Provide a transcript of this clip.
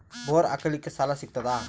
Bore ಹಾಕಲಿಕ್ಕ ಸಾಲ ಸಿಗತದ?